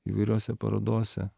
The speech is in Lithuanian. įvairiose parodose